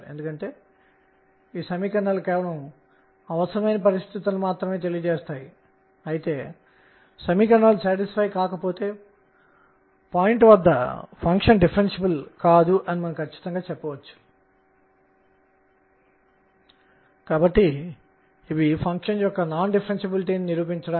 అందుకే నేను గత ఉపన్యాసం మరియు పాత క్వాంటం సిద్ధాంతానికి అంకితమైన ఈ ఉపన్యాసం చేస్తున్నాను